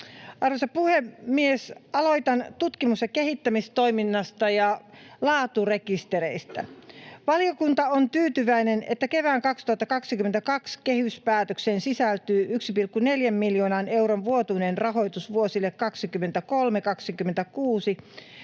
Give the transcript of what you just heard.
Arvoisa puhemies! Aloitan tutkimus- ja kehittämistoiminnasta ja laaturekistereistä. Valiokunta on tyytyväinen, että kevään 2022 kehyspäätökseen sisältyy 1,4 miljoonan euron vuotuinen rahoitus vuosille 23—26